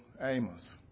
Amos